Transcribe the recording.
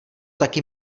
taky